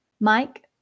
Mike